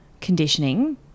conditioning